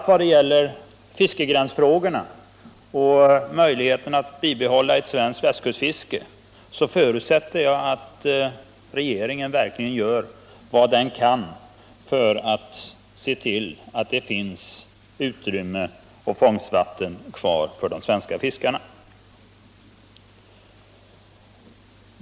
Vad beträffar fiskegränsfrågorna och möjligheterna att bibehålla vårt västkustfiske förutsätter jag att regeringen verkligen gör vad den kan för att se till att det finns fångstvatten kvar för de svenska fiskarna.